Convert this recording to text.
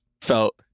felt